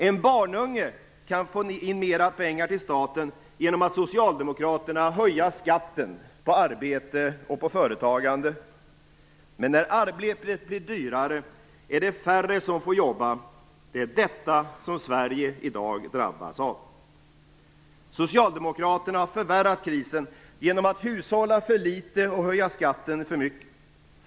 En barnunge kan få in mera pengar till staten genom att, som Socialdemokraterna, höja skatten på arbete och på företagande. Men när arbetet blir dyrare är det färre som får jobba. Det är detta som Sverige i dag drabbas av. Socialdemokraterna har förvärrat krisen genom att hushålla för litet och höja skatten för mycket.